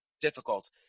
difficult